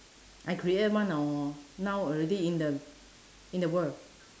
I create one or now already in the in the world